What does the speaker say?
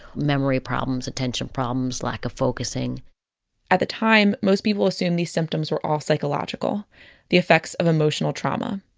memory problems, attention problems, lack of focusing at the time, most people assumed these symptoms were all psychological the effects of emotional trauma.